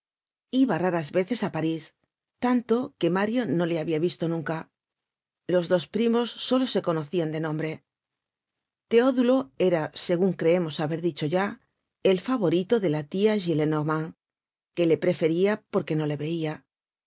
iba raras veces á parís tanto que mario no le habia visto nunca los dos primos solo se conocian de nombre teodulo era segun creemos haber dicho ya el favorito de la tia gillenormand que le preferia porque no le veia